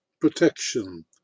protection